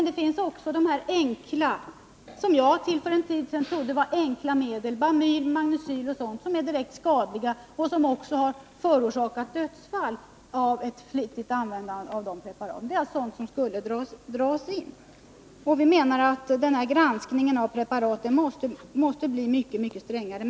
Det finns också medel som jag till för en tid sedan trodde var enkla — Bamyl, Magnecyl o. d. — men som är direkt skadliga. Ett flitigt användande av de preparaten har också förorsakat dödsfall. Allt detta är sådant som skulle dras in. Vi menar att granskningen av preparaten måste bli mycket, mycket strängare.